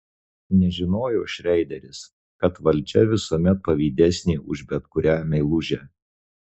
nežinojo šreideris kad valdžia visuomet pavydesnė už bet kurią meilužę